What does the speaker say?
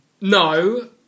No